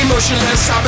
Emotionless